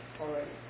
already